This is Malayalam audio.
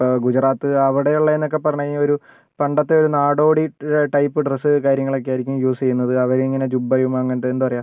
ഇപ്പോൾ ഗുജറാത്ത് അവിടെയുള്ളതെന്നൊക്കെ പറഞ്ഞു കഴിഞ്ഞാൽ ഒരു പണ്ടത്തെ ഒരു നാടോടി ടൈപ്പ് ഡ്രസ്സ് കാര്യങ്ങളൊക്കെ ആയിരിക്കും യൂസ് ചെയ്യുന്നത് അവരിങ്ങനെ ജുബ്ബയും അങ്ങനത്തെ എന്താ പറയുക